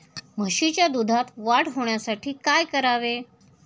म्हशीच्या दुधात वाढ होण्यासाठी काय करावे?